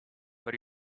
were